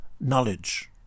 knowledge